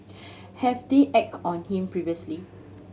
have they acted on him previously